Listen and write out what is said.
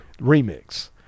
remix